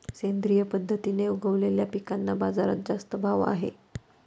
सेंद्रिय पद्धतीने उगवलेल्या पिकांना बाजारात जास्त भाव आहे